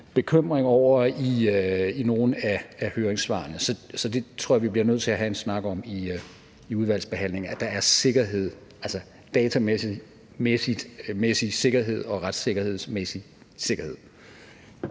bekymring over det i nogle af høringssvarene. Så jeg tror, vi bliver nødt til at have en snak om det i udvalgsbehandlingen, altså at der er datamæssig sikkerhed og retssikkerhedsmæssig sikkerhed.